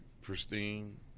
pristine